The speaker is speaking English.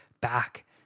back